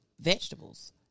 vegetables